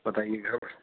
बताइएगा